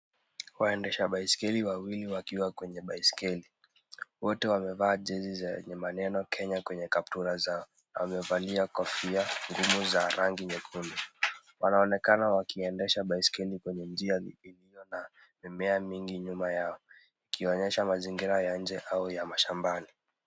Waendesha baiskeli wawili wakiwa kwenye baiskeli. Wote wamevaa jezi zenye maneno Kenya kwenye kaptura zao. Wamevalia kofia ngumu za rangi nyekundu. Wanaonekana wakiendesha baiskeli kwenye njia iliyo na mimea nyingi nyuma yao, ikionyesha mazingira ya nje au ya mashambani.